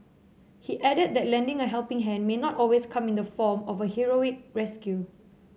he added that lending a helping hand may not always come in the form of a heroic rescue